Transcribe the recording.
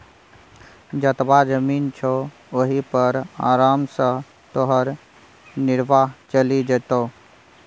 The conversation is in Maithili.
जतबा जमीन छौ ओहि पर आराम सँ तोहर निर्वाह चलि जेतौ